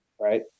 Right